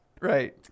right